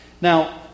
Now